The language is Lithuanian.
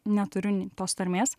neturiu tos tarmės